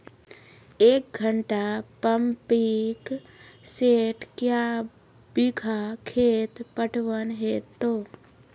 एक घंटा pumping set क्या बीघा खेत पटवन है तो?